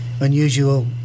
unusual